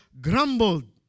grumbled